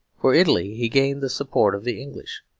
for italy he gained the support of the english,